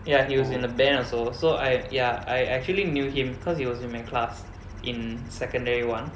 ya he was in the band also so I ya I actually knew him because he was in my class in secondary one